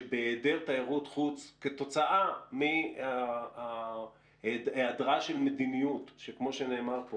שבהיעדר תיירות חוץ כתוצאה מהיעדרה של מדיניות כמו שנאמר פה